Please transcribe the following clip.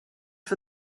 for